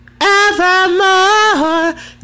evermore